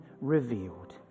revealed